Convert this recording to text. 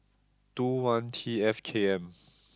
two one T F K M